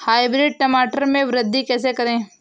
Hybrid टमाटर में वृद्धि कैसे करें?